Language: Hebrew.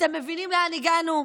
אתם מבינים לאן הגענו?